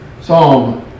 Psalm